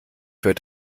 wird